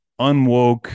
unwoke